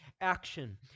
action